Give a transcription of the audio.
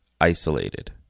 isolated